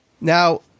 now